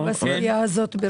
אני גם רוצה להגיד בסוגיה הזאת.